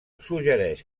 suggereix